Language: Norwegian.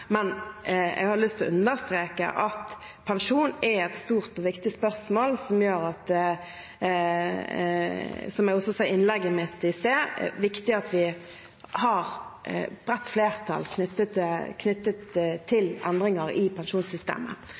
Men jeg har lyst til å understreke at pensjon er et stort og viktig spørsmål, og som jeg også sa i innlegget mitt i sted, er det viktig at vi har et bredt flertall knyttet til endringer i pensjonssystemet.